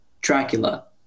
Dracula